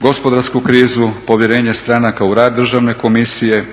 gospodarsku krizu, povjerenje stranaka u rad Državne komisije,